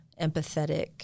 empathetic